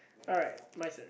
alright my turn